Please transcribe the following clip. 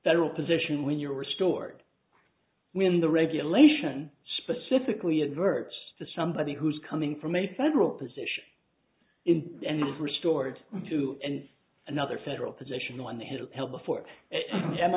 federal position when you're restored when the regulation specifically adverse to somebody who's coming from a federal position in and restored to and another federal position on his appeal before am